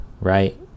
right